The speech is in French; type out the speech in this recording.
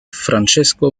francesco